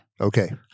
Okay